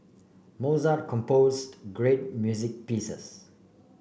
Mozart composed great music pieces